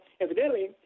evidently